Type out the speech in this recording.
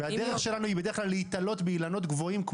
הדרך שלנו היא לרוב להיתלות באילנות גבוהים,